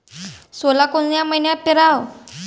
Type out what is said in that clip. सोला कोन्या मइन्यात पेराव?